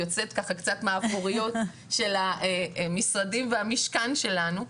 לצאת ככה קצת מהאפרוריות של המשרדים והמשכן שלנו.